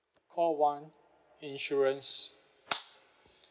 call one insurance